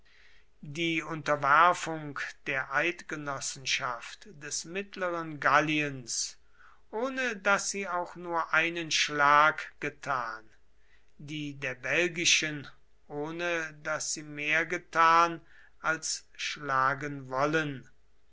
die unterwerfung der eidgenossenschaft des mittleren galliens ohne daß sie auch nur einen schlag getan die der belgischen ohne daß sie mehr getan als schlagen wollen